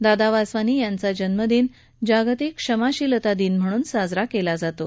दादा वासवानी यांचा जन्मदिन जागतिक क्षमाशीलता दिन म्हणून साजरा केला जातो